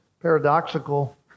paradoxical